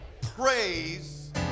praise